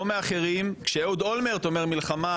או מאחרים כשאהוד אולמרט אומר "מלחמה,